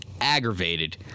aggravated